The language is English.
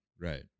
right